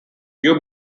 you